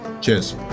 cheers